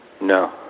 No